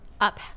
up